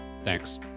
Thanks